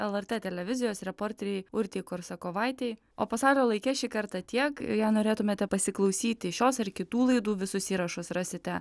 lrt televizijos reporteriai urtei korsakovaitei o pasaulio laike šį kartą tiek jei norėtumėte pasiklausyti šios ir kitų laidų visus įrašus rasite